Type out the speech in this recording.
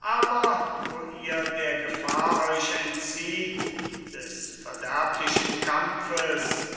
aber wo ihr der gefahr euch entzieht des verderblichen kampfes